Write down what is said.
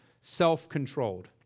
self-controlled